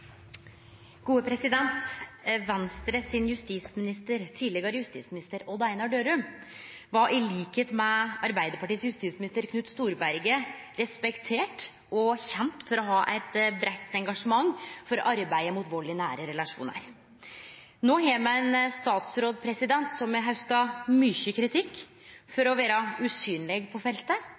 justisminister frå Venstre Odd Einar Dørum var til liks med tidlegare justisminister Knut Storberget frå Arbeidarpartiet respektert og kjend for å ha eit breitt engasjement for arbeidet mot vold i nære relasjonar. No har me ein statsråd som har hausta mykje kritikk for å vere usynleg på feltet